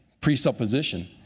presupposition